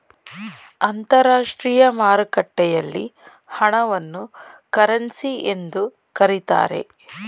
ಅಂತರಾಷ್ಟ್ರೀಯ ಮಾರುಕಟ್ಟೆಯಲ್ಲಿ ಹಣವನ್ನು ಕರೆನ್ಸಿ ಎಂದು ಕರೀತಾರೆ